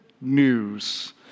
news